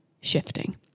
shifting